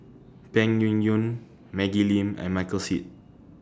Peng Yuyun Maggie Lim and Michael Seet